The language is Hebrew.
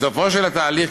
בסופו של התהליך,